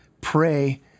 pray